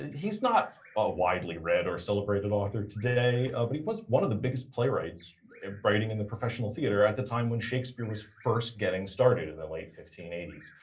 he's not a widely read or celebrated author today, ah, but he was one of the biggest playwrights writing in the professional theatre at the time when shakespeare was first getting started in the late fifteen eighty s,